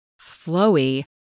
flowy